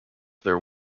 their